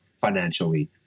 financially